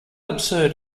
absurd